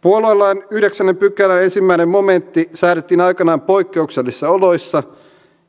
puoluelain yhdeksännen pykälän ensimmäinen momentti säädettiin aikanaan poikkeuksellisissa oloissa